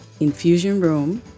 infusionroom